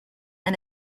and